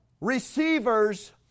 Receivers